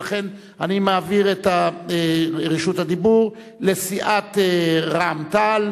ולכן אני מעביר את רשות הדיבור לסיעת רע"ם-תע"ל,